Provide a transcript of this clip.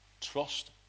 trust